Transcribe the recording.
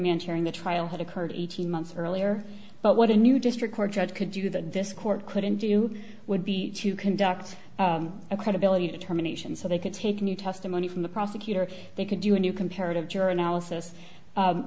hearing the trial had occurred eighteen months earlier but what a new district court judge could do that this court couldn't do you would be to conduct a credibility determination so they could take new testimony from the prosecutor they could do a new comparative juror analysis